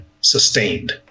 sustained